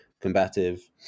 combative